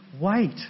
wait